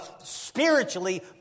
spiritually